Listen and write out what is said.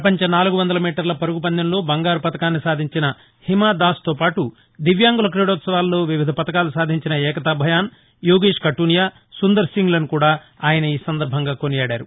పపంచ నాలుగు వందల మీటర్ల పరుగు పందెంలో బంగారు పతాకాన్ని సాధించిన హిమ దాస్ తో పాటు దివ్యాన్గల క్రీడోత్సవాలలో వివిధ పతకాలు సాధించిన ఏకతా భయాన్ యోగేష్ కటునియా సుందర్ సింగ్లను కూడా ఆయన ఈ సందర్బంగా కొనియాడారు